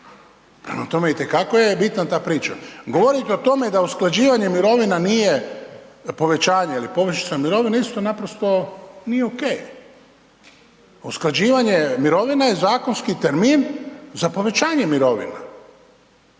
tome, itekako je bitna ta priča. Govoriti o tome da usklađivanje mirovina nije povećanje ili povišica mirovine isto naprosto nije ok, usklađivanje mirovine je zakonski termin za povećanje mirovina.